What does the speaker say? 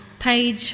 page